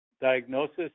diagnosis